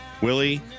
Willie